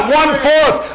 one-fourth